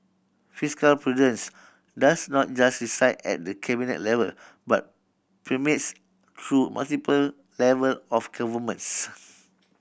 fiscal prudence does not just reside at the Cabinet level but permeates through multiple level of governments